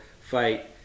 fight